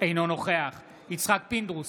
אינו נוכח יצחק פינדרוס,